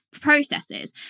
processes